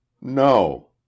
No